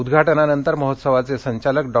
उद्वाटनानंतर महोत्सवाचे संचालक डॉ